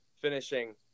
finishing